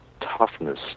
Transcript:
toughness